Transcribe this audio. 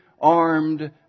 armed